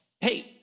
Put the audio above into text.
Hey